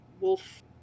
wolf